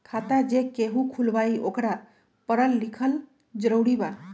खाता जे केहु खुलवाई ओकरा परल लिखल जरूरी वा?